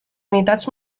unitats